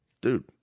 dude